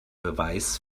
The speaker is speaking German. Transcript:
beweis